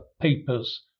papers